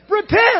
Repent